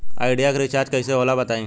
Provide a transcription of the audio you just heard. Idea के recharge कइसे होला बताई?